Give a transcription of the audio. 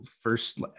first